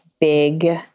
big